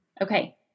Okay